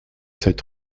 cette